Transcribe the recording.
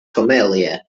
somalia